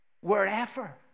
Wherever